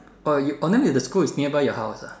orh you orh then the school is nearby your house ah